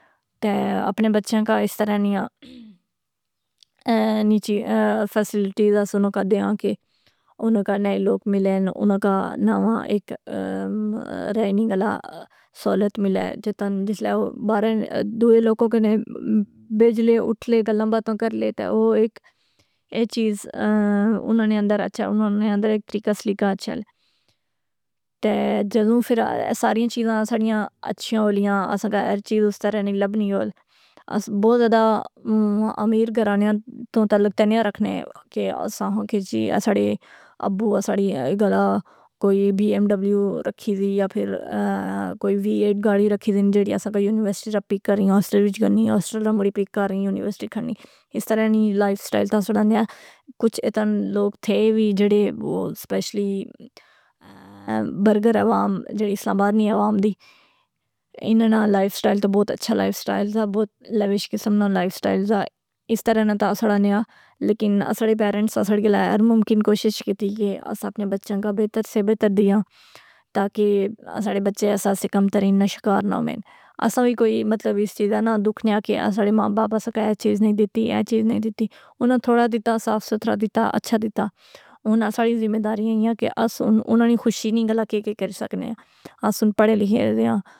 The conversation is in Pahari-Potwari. تے اپنے بچیاں کا اس طرح نیچی فیسلیٹیزہ سنوں کا دیان کہ انوں کنے لوگ ملین اناں کا نوا ایک ریننگ الا سہولت ملے جتن جسلے باراں اے دولوکوں کنے بیجلے اٹھلے گلاں باتاں کرلے تہ او ایک اے چیز اناں نے اندراچھا اناں نے اندر ایک طریقہ سلیکہ اچھا لے۔ تہ جدوں فر ساری چیزاں اساںڑیاں اچھیاں ہولیاں اساں کہ ہر چیز اس طرح نی لبنی اول اس بہت زیادہ امیر گھرانیاں توں تعلق تنیہاں رکھنے کہ اساں کہ جی اساڈے اببو اساڈی گلا کوئی بی ایم ڈبلیو رکھی دی یا پھر کوئی وی ایٹ گاڑی رکھی دی جیڑی اساں بئ یونیورسٹی تاں پک کرنی ہوسٹل وچ گنی ہوسٹل نہ موڑی پک کرنی یونیورسٹی کھڑنی۔ اس طرح نی لائف سٹائل تہ اساڑی نیا کچھ اتن لوگ تھے وی جڑے سپیشلی برگر عوام جڑی اسلامباد نی عوام دی۔ اناں نہ لائف سٹائل تاں بہت اچھا لائف سٹائل دا بہت لیویش قسم نا لائف سٹائل زا۔ اس طرح نہ تاں اساڑا نیا۔ لیکن اساڑے پیرنٹس اساڑے لئی ہر ممکن کوشش کیتی کہ اسا اپنے بچیاں کا بہتر سے بہتر دیاں تاکہ اساڑے بچے احساسِ کمتری نہ شکار نہ ہوین۔ اسا وی کوئی مطلب اس چیزے نہ دکھ نیا کہ اساڑے ماں باپ اساں کڑے اے چیز نئ دیتی اے چیز نئ دیتی۔ اناں تھوڑا دیتا صاف ستھرہ دیتا اچھا دیتا اناں اساڑی ذمہ داری اییاں کہ اس اناں نی خوشی نی گلہ کے کے کری سکنے آں۔ اس ہن پڑھے لکھے دے اں۔